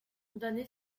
condamné